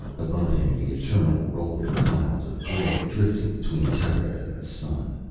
above him the eternal rolling clouds of gray, drifting between terra and the sun.